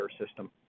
system